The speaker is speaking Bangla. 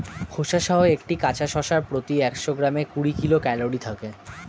খোসাসহ একটি কাঁচা শসার প্রতি একশো গ্রামে কুড়ি কিলো ক্যালরি থাকে